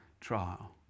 trial